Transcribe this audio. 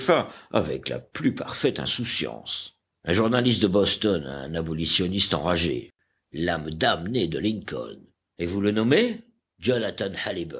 avec la plus parfaite insouciance un journaliste de boston un abolitionniste enragé l'âme damnée de lincoln et vous le nommez jonathan